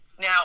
Now